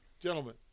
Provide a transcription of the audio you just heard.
gentlemen